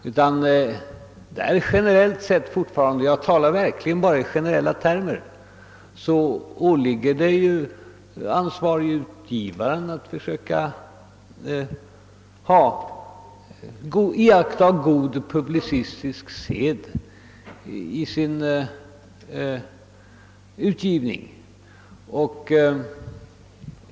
Jag talar verkligen bara i generella termer och vill påpeka att det åligger ansvarige utgivaren att försöka iaktta god publicistisk sed i sin utgivning.